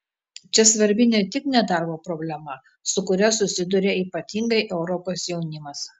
čia svarbi ne tik nedarbo problema su kuria susiduria ypatingai europos jaunimas